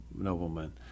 noblemen